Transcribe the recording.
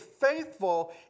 faithful